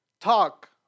talk